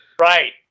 Right